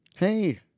Hey